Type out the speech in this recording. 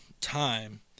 time